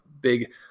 big